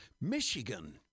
Michigan